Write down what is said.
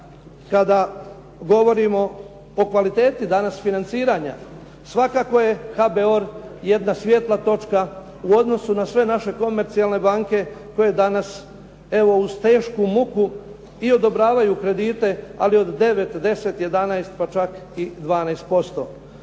kada govorimo o kvaliteti danas financiranja, svakako je HBOR jedna svijetla točka u odnosu na sve naše komercijalne banke koje danas uz tešku muku i odobravaju kredite, ali od 9, 10, 11, pa čak i 12%.